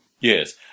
yes